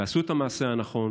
תעשו את המעשה הנכון,